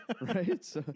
Right